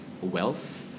wealth